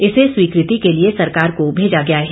इसे स्वीकृति के लिए सरकार को भेजा गया है